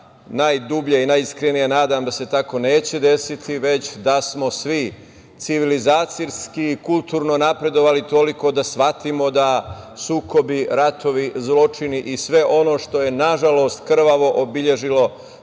najdublje i najiskrenije nadam da se tako neće desiti, već da smo svi civilizacijski i kulturno napredovali toliko da shvatimo da sukobi, ratovi, zločini i sve ono što je, nažalost, krvavo obeležilo